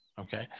Okay